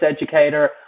educator